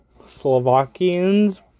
Slovakians